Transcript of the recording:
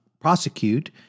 prosecute